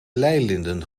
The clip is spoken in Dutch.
leilinden